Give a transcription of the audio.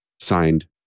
Signed